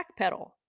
backpedal